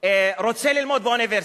רוצה ללמוד באוניברסיטה?